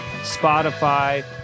Spotify